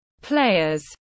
players